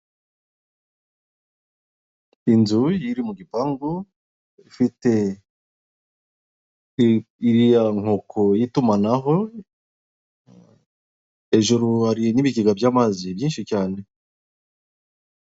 Inzu iri mu gipangu ifite iriya nkoko y'itumana hejuru hari n'ibigega by'amazi byinshi cyane.